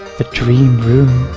the dream room,